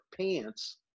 pants